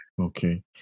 Okay